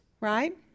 right